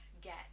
get